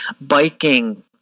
biking